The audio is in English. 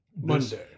Monday